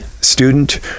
student